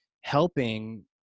helping